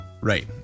Right